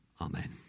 Amen